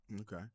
Okay